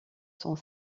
sont